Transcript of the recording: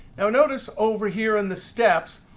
now notice over here on the steps,